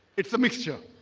it's a mixture.